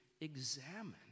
examine